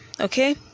Okay